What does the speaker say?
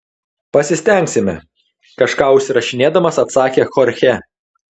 pasistengsime kažką užsirašinėdamas atsakė chorchė